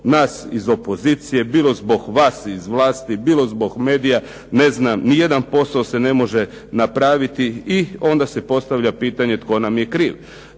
nas iz opozicije, bilo zbog vas iz vlasti, bilo zbog medija, ne znam, ni jedan posao se ne može napraviti i onda se postavlja pitanje tko nam je kriv.